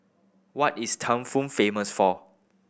what is Thimphu famous for